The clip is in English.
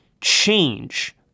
change